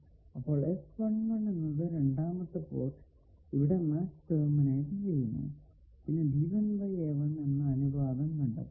അപ്പോൾ എന്ന രണ്ടാമത്തെ പോർട്ട് ഇവിടെ മാച്ച് ടെർമിനേറ്റ് ചെയ്യുന്നു പിന്നെ എന്ന അനുപാതം കണ്ടെത്തുന്നു